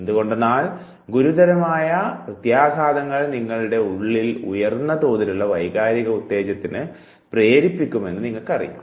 എന്തുകൊണ്ടെന്നാൽ ഗുരുതരമായ വലിയ പ്രത്യാഘാതങ്ങൾ നിങ്ങളുടെ ഉള്ളിൽ ഉയർന്ന തോതിലുള്ള വൈകാരിക ഉത്തേജനത്തിന് പ്രേരിപ്പിക്കുമെന്ന് നിങ്ങൾക്കറിയാം